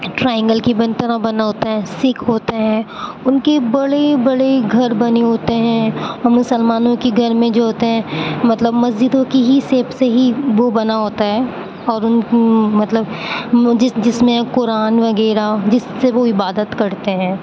try angle کی بن طرح بنا ہوتا ہے سکھ ہوتے ہیں ان کے بڑے بڑے گھر بنے ہوتے ہیں مسلمانوں کے گھر میں جو ہوتے ہیں مطلب مسجدوں کی ہی سے ہی وہ بنا ہوتا ہے اور مطلب جس جس میں قرآن وغیرہ جس سے وہ عبادت کرتے ہیں